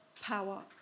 power